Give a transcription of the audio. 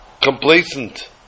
complacent